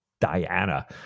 Diana